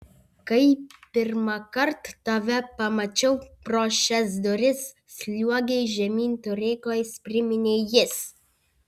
kai pirmąkart tave pamačiau pro šias duris sliuogei žemyn turėklais priminė jis